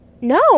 No